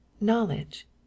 Knowledge